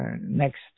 next